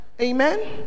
Amen